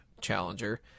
challenger